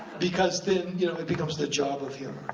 because then, you know, it becomes the job of humor.